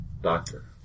Doctor